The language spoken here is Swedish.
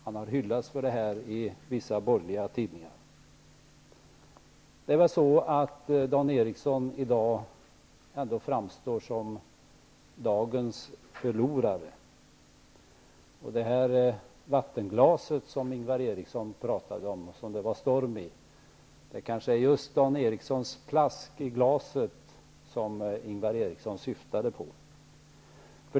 Han har hyllats för detta i vissa borgerliga tidningar. Men i dag framstår Dan Ericsson som dagens förlorare. Ingvar Eriksson talade om ett vattenglas som det var storm i. Det kanske just är Dan Ericssons plask i glaset som Ingvar Eriksson syftade på.